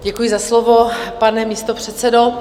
Děkuji za slovo, pane místopředsedo.